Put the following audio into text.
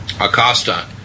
Acosta